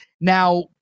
Now